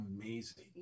amazing